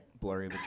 blurry